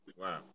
Wow